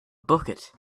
bucket